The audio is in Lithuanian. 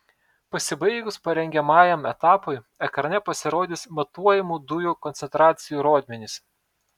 pasibaigus parengiamajam etapui ekrane pasirodys matuojamų dujų koncentracijų rodmenys